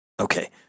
Okay